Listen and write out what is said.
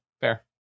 Fair